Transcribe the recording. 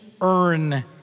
earn